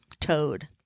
toad